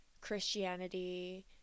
christianity